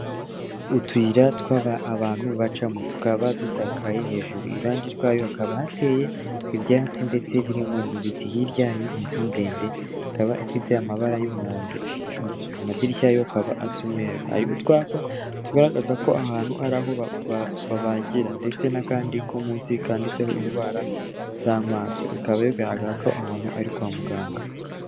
Utuyira abantu bacamo tukaba dusakaye hejuru, iruhande rwayo hakaba hateye ibyatsi ndetse birimo n'ibiti, hiryari inzu ndende ikaba ifite amabara y'umuhondo, amadirishya yo akaba asa umweru, hari utwapa tugaragaza ko aha ahantu ari aho babagira ndetse n'akandi ko munsi kanditseho indwara z'amaso bikaba bigaragara ko aha hantu ari kwa muganga.